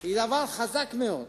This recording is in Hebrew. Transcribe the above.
היא דבר חזק מאוד,